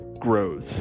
grows